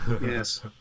yes